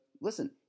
listen